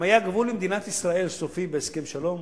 אם היה גבול למדינת ישראל, סופי, בהסכם שלום,